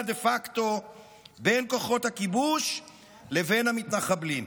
דה פקטו בין כוחות הכיבוש לבין המתנחבלים.